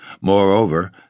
Moreover